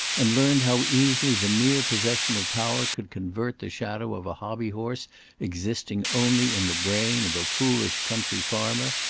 and learned how easily the mere possession of power could convert the shadow of a hobby-horse existing only in the brain of a foolish country farmer,